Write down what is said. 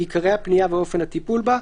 עיקרי הפנייה ואופן הטיפול בה,